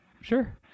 Sure